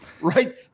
Right